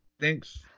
Thanks